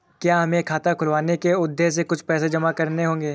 क्या हमें खाता खुलवाने के उद्देश्य से कुछ पैसे जमा करने होंगे?